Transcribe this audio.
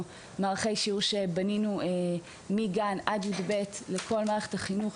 מערכי שיעור שבנינו מגן עד י"ב לכל מערכת החינוך,